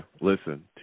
listen